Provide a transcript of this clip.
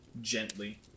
gently